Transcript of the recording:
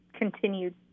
continued